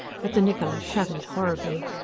but the niccola shuddered horribly.